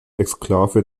exklave